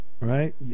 right